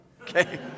Okay